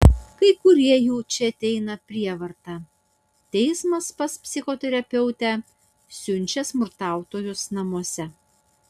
kai kurie jų čia ateina prievarta teismas pas psichoterapeutę siunčia smurtautojus namuose